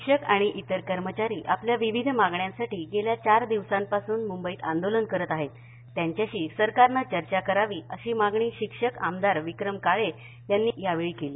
शिक्षक आणि इतर कर्मचारी आपल्या विविध मागण्यांसाठी गेल्या चार दिवसांपासून मुंबईत आंदोलन करत आहेत त्यांच्याशी सरकारनं चर्चा करावी अशी मागणी शिक्षक आमदार विक्रम काळे यांनी यावेळी केली